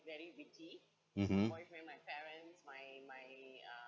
mmhmm